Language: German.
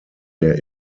der